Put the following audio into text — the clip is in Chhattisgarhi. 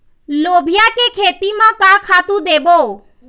लोबिया के खेती म का खातू देबो?